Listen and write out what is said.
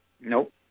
Nope